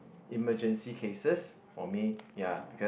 emergency cases for me ya because